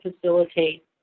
facilitate